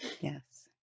Yes